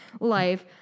life